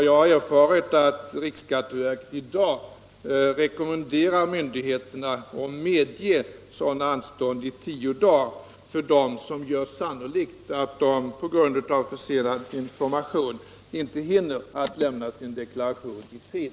Jag har erfarit att riksskatteverket i dag har rekommenderat myndigheterna att medge anstånd tio dagar för dem som gör sannolikt att de på grund av försenad information inte hinner lämna deklarationen i tid.